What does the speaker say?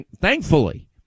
thankfully